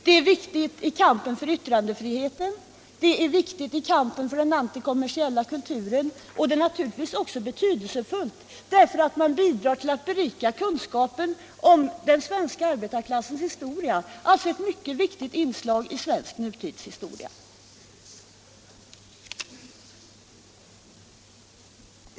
Det är viktigt i kampen för yttrandefriheten, viktigt i kampen för den antikommersiella kulturen, och det är naturligtvis också betydelsefullt därför att man bidrar till att berika kunskapen om den svenska arbetarklassens historia. Det är alltså ett mycket viktigt inslag i svensk nutidshistoria.